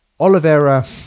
Olivera